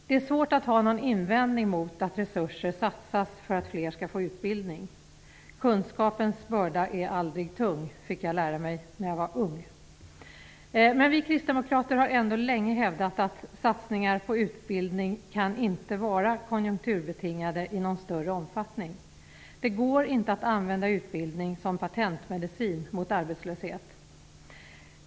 Det är svårt att ha någon invändning mot att resurser satsas för att fler skall få utbildning. Kunskapens börda är aldrig tung, fick jag lära mig när jag var ung. Vi kristdemokrater har ändå länge hävdat att satsningar på utbildning inte kan vara konjunkturbetingade i någon större omfattning. Det går inte att använda utbildning som patentmedicin mot arbetslöshet.